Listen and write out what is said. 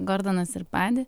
gordonas ir padi